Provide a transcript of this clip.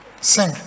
sing